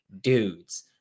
dudes